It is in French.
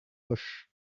auch